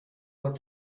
what